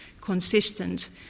consistent